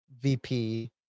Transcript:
VP